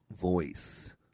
voice